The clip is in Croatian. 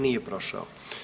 Nije prošao.